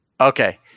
Okay